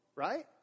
right